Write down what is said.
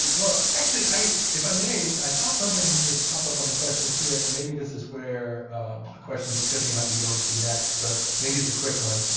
well, actually, if i may, i saw something just pop up on the questions here. and maybe this is where a question that tiffany might be going to next. but maybe it's a quick one.